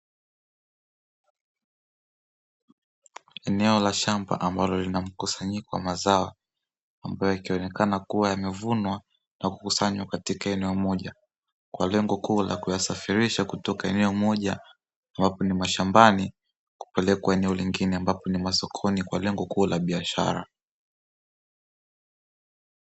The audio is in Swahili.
Eneo la shamba ambalo lina mkusanyiko wa mazao ambayo yakionekana kuwa yamevunwa na kukusanywa katika eneo moja kwa lengo kuu la kuyasafirisha kutoka eneo moja ambapo ni mashambani kupelekwa eneo lengine ambapo ni masokoni kwa lengo kuu la biashara.